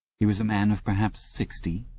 he was a man of perhaps sixty,